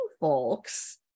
folks